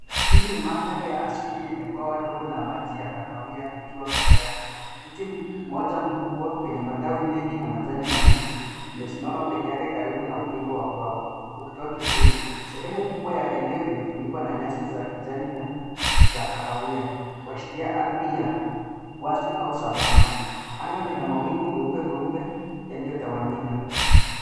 Hii ni madhari ya asili yenye bwawa dogo ya kahawia likiwa katikati. Mti mmoja mkubwa wenye matawi mengi na majani mabichi umesimama pekeake karibu na ukingo wa bwawa, ukitoa kivuli. Sehemu kubwa ya eneo imefunikwa na nyasi za kijani na za kahawia kuashiria ardhi ya wazi au Savana anga lina mawingu meupe meupe yaliotawanyika.